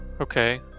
Okay